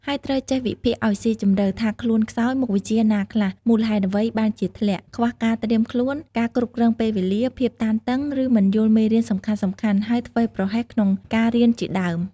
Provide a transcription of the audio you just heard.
ហើយត្រូវចេះ វិភាគឲ្យស៊ីជម្រៅថាខ្លួនខ្សោយមុខវិជ្ជាណាខ្លះ មូលហេតុអ្វីបានជាធ្លាក់ ខ្វះការត្រៀមខ្លួន ការគ្រប់គ្រងពេលវេលា ភាពតានតឹង ឬមិនយល់មេរៀនសំខាន់ៗ ហើយធ្វេសប្រហែសក្នុងការរៀនជាដើម។